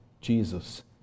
Jesus